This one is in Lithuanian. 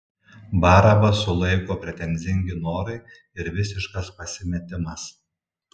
barabą sulaiko pretenzingi norai ir visiškas pasimetimas